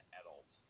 adult